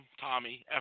Tommy